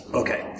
okay